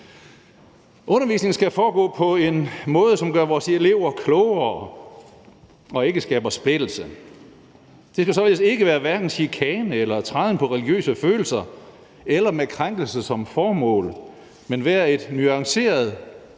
Undervisningen skal foregå på en måde, som gør vores elever klogere og ikke skaber splittelse. Det skal således ikke være chikane eller træden på religiøse følelser eller med krænkelse som formål, men være et nuanceret,